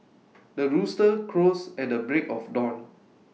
the rooster crows at the break of dawn